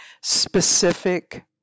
specific